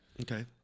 Okay